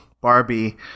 Barbie